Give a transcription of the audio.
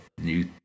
new